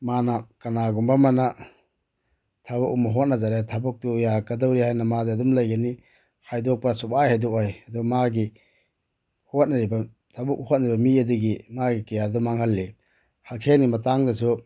ꯃꯥꯅ ꯀꯅꯥꯒꯨꯝꯕ ꯑꯃꯅ ꯊꯕꯛ ꯑꯃ ꯍꯣꯠꯅꯖꯔꯦ ꯊꯕꯛꯇꯨ ꯌꯥꯔꯛꯀꯗꯧꯔꯦ ꯍꯥꯏꯅ ꯃꯥꯗꯤ ꯑꯗꯨꯝ ꯂꯩꯒꯅꯤ ꯍꯥꯏꯗꯣꯛꯄ꯭ꯔ ꯁꯨꯛꯍꯥꯏ ꯍꯥꯏꯗꯣꯛꯑꯣꯏ ꯑꯗꯣ ꯃꯥꯒꯤ ꯍꯣꯠꯅꯔꯤꯕ ꯊꯕꯛ ꯍꯣꯠꯅꯔꯤꯕ ꯃꯤ ꯑꯗꯨꯒꯤ ꯃꯥꯒꯤ ꯀꯦꯔꯤꯌꯥꯔꯗꯨ ꯃꯥꯡꯍꯜꯂꯤ ꯍꯛꯁꯦꯜꯒꯤ ꯃꯇꯥꯡꯗꯁꯨ